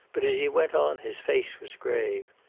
but as he went on his face was grave.